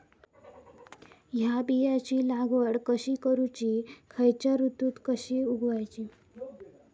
हया बियाची लागवड कशी करूची खैयच्य ऋतुत कशी उगउची?